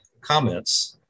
comments